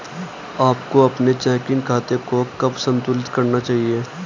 आपको अपने चेकिंग खाते को कब संतुलित करना चाहिए?